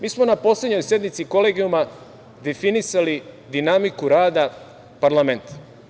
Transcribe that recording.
Mi smo na poslednjoj sednici Kolegijuma definisali dinamiku rada parlamenta.